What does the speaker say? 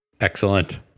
Excellent